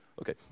Okay